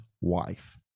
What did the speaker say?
wife